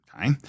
Okay